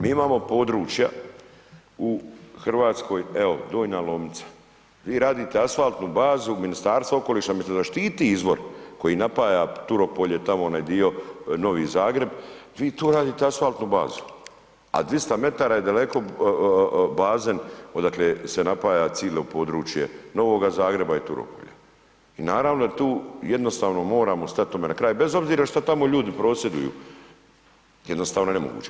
Mi imamo područja u Hrvatskoj, evo Donja Lomnica, vi radite asfaltnu bazu, Ministarstvo okoliša umisto da štiti izvor koji napaja Turopolje, tamo onaj dio, Novi Zagreb, vi to radite asfaltnu bazu, a dvista metara je daleko bazen odakle se napaja cilo područje Novoga Zagreba i Turopolja, i naravno da tu jednostavno moramo stati tome na kraj, bez obzira šta tamo ljudi prosvjeduju, jednostavno je nemoguće.